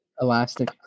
elastic